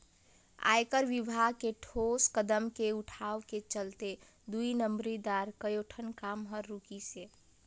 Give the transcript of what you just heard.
आयकर विभाग के ठोस कदम के उठाव के चलते दुई नंबरी दार कयोठन काम हर रूकिसे